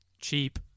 cheap